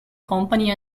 company